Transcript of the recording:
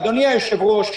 אדוני היושב-ראש,